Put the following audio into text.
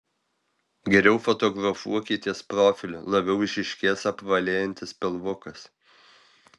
geriau fotografuokitės profiliu labiau išryškės apvalėjantis pilvukas